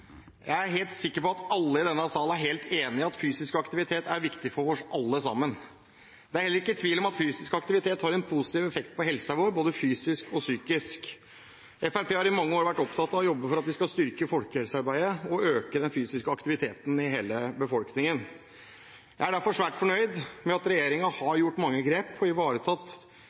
Jeg er helt sikker på at alle i denne sal er helt enig i at fysisk aktivitet er viktig for oss alle sammen. Det er heller ikke tvil om at fysisk aktivitet har en positiv effekt på helsen vår, både fysisk og psykisk. Fremskrittspartiet har i mange år vært opptatt av å jobbe for at vi skal styrke folkehelsearbeidet og øke den fysiske aktiviteten i hele befolkningen. Jeg er derfor svært fornøyd med at regjeringen har gjort mange grep